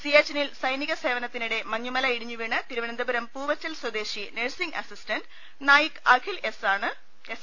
സിയാച്ചിനിൽ സൈനിക സേവനത്തിനിടെ മഞ്ഞുമല ഇടിഞ്ഞു വീണ് തിരുവനന്തപുരം പൂവച്ചൽ സ്വദേശി nursing assistant Naik Akhil S